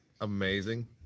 Amazing